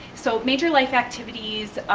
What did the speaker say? so major life activities,